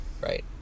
right